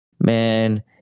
Man